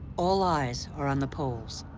all eyes are on the poles,